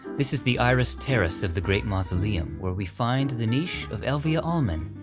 this is the iris terrace of the great mausoleum, where we find the niche of elvia allman,